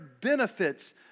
benefits